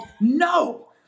No